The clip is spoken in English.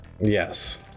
Yes